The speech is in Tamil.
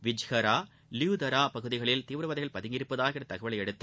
விஜ்கரா வியூதரா பகுதியில் தீவிரவாதிகள் பதுங்கியிருப்பதாக கிடைத்த தகவலையடுத்து